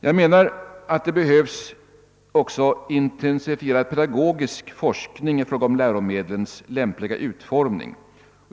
Jag anser att det också behövs intensifierad pedagogisk forskning i fråga om läromedlens lämpliga utformning.